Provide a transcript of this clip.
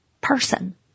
person